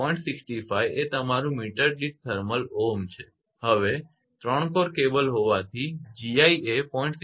65 એ તમારું મીટર દીઠ થર્મલ ઓહમ છે હવે 3 કોર કેબલ હોવાથી 𝐺𝑖 એ 0